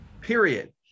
period